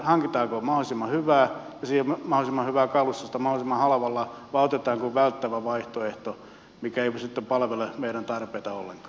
hankitaanko mahdollisimman hyvää ja siihen mahdollisimman hyvää kalustoa mahdollisimman halvalla vai otetaanko välttävä vaihtoehto mikä ei sitten palvele meidän tarpeitamme ollenkaan